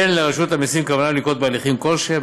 אין לרשות המסים כוונה לנקוט הליכים כלשהם